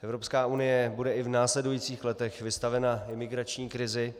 Evropská unie bude i v následujících letech vystavena imigrační krizi.